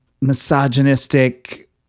misogynistic